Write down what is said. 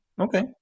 okay